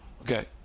Okay